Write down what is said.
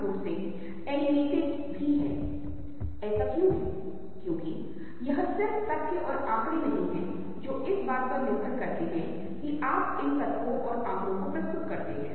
depth perception के बारे में हमने बात की और जिस तरह से इसमें हेरफेर किया जा सकता है और यह बहुत दिलचस्प प्रभावों को जन्म दे सकता है आइए अब हम कलर परसेप्शन के बारे में बात करते हैं